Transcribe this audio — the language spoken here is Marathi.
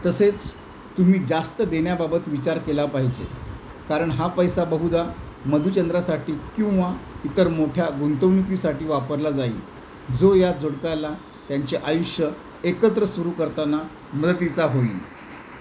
तसेच तुम्ही जास्त देण्याबाबत विचार केला पाहिजे कारण हा पैसा बहुदा मधुचंद्रासाठी किंवा इतर मोठ्या गुंतवणुकीसाठी वापरला जाईल जो या जोडप्याला त्यांचे आयुष्य एकत्र सुरू करताना मदतीचा होईल